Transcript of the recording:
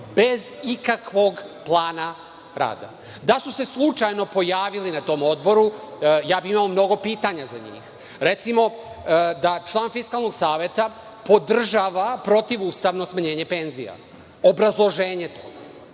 bez ikakvog plana rada. Da su se slučajno pojavili na tom odboru, ja bih imao mnogo pitanja za njih. Recimo, da li član Fiskalnog saveta podržava protivustavno smanjenje penzija i obrazloženje. Kada